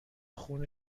خون